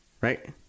Right